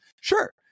Sure